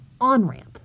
on-ramp